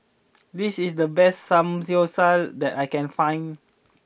this is the best Samgeyopsal that I can find